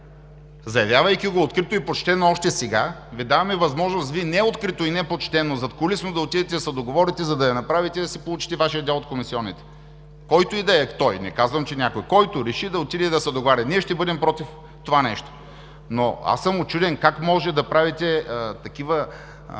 Заявявайки го открито и почтено още сега, Ви даваме възможност Вие не открито и не почтено, задкулисно да отидете и да се договорите, за да я направите и да си получите Вашия дял от комисионните. Който и да е той, не казвам, че е някой – който реши, да отиде и да се договаря. Ние ще бъдем против това нещо! Аз съм учуден как може да правите такива,